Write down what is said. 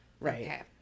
Right